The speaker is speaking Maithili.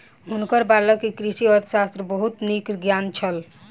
हुनकर बालक के कृषि अर्थशास्त्रक बहुत नीक ज्ञान छल